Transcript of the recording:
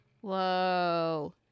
Whoa